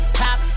top